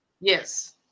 Yes